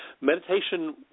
meditation